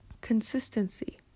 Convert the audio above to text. consistency